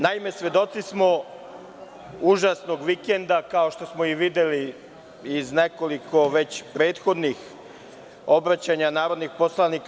Naime, svedoci smo užasnog vikenda kao što smo i videli iz nekoliko već prethodnih obraćanja narodnih poslanika.